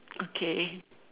okay